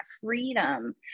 freedom